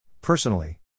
Personally